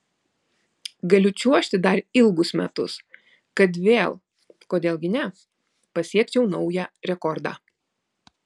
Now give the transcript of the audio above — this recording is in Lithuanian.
galiu čiuožti dar ilgus metus kad vėl kodėl gi ne pasiekčiau naują rekordą